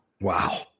Wow